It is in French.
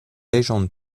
légende